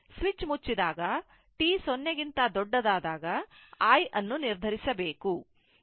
switch ಮುಚ್ಚಿದಾಗ t 0 ಗಿಂತ ದೊಡ್ಡದಾದಾಗ i ಅನ್ನು ನಿರ್ಧರಿಸಬೇಕು